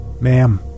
Ma'am